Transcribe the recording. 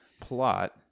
plot